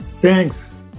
Thanks